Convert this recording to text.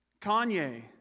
Kanye